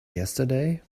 yesterday